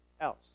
else